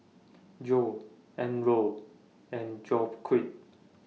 Geo Elroy and Joaquin